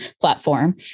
platform